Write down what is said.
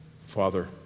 Father